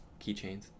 keychains